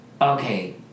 okay